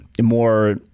more